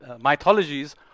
mythologies